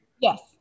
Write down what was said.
Yes